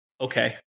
Okay